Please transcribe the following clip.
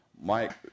Mike